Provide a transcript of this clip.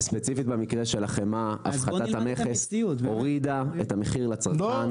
ספציפית במקרה של החמאה הפחתת המכס הורידה את המחיר לצרכן.